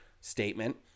statement